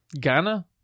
Ghana